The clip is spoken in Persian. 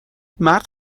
مرد